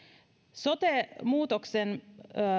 sote muutoksen